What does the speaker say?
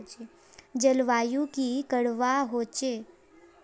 जलवायु की करवा होचे?